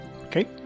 Okay